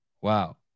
wow